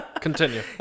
Continue